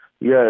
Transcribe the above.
Yes